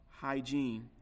hygiene